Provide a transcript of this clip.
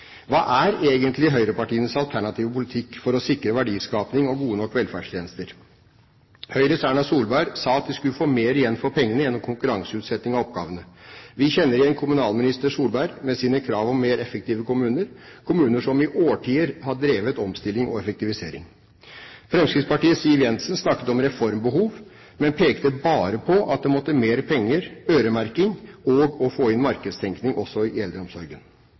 Hva er egentlig høyrepartienes alternative politikk for å sikre verdiskaping og gode nok velferdstjenester? Høyres Erna Solberg sa at vi skulle få mer igjen for pengene gjennom konkurranseutsetting av oppgavene. Vi kjenner igjen kommunalminister Solberg med sine krav om mer effektive kommuner, kommuner som i årtier har drevet omstilling og effektivisering. Fremskrittspartiets Siv Jensen snakket om reformbehov, men pekte bare på at det måtte til mer penger og mer øremerking og at man måtte få inn markedstenkningen også i eldreomsorgen.